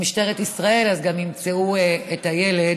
ממשטרת ישראל גם ימצאו את הילד,